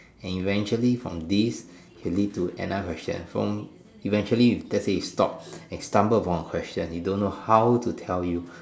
and eventually from this can lead to another question from eventually let's say he stop and stumble on a question he don't know how to tell you